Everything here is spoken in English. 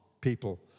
people